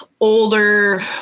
older